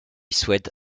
souhaite